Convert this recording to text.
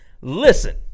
Listen